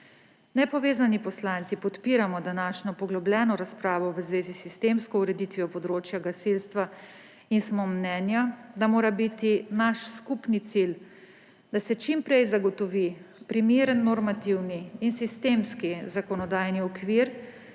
Nepovezani poslanci podpiramo današnjo poglobljeno razpravo v zvezi s sistemsko ureditvijo področja gasilstva in smo mnenja, da mora biti naš skupni cilj, da se čim prej zagotovi primeren normativni in sistemski zakonodajni okvir,